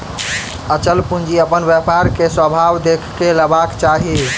अचल पूंजी अपन व्यापार के स्वभाव देख के लेबाक चाही